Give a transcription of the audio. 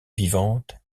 vivante